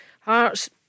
Hearts